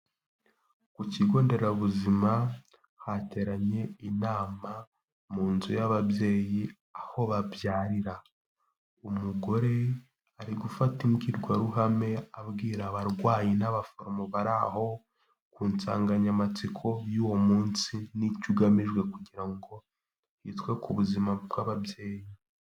Ku kigo nderabuzima hateranye inama mu nzu y'ababyeyi aho babyarira, umugore ari gufata imbwirwaruhame abwira abarwayi n'abaforomo bari aho ku nsanganyamatsiko y'uwo munsi n'icyo ugamijwe kugira ngo hitwe ku buzima bw'ababyeyi.